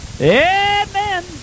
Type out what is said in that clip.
Amen